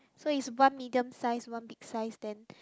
so is one medium size one big size then